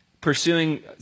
pursuing